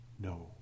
no